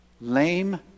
lame